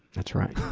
that's right.